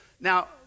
Now